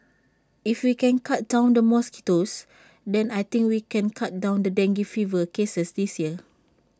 if we can cut down the mosquitoes then I think we can cut down the dengue fever cases this year